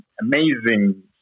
amazing